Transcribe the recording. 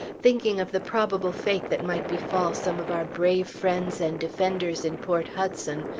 thinking of the probable fate that might befall some of our brave friends and defenders in port hudson,